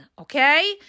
okay